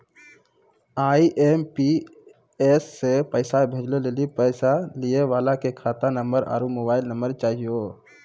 IMPS से पैसा भेजै लेली पैसा लिये वाला के खाता नंबर आरू मोबाइल नम्बर चाहियो